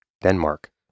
Denmark